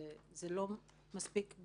זה חלק ממהלך שהוא יותר כולל,